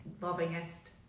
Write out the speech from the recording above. lovingest